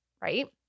right